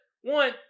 one